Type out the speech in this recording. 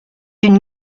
une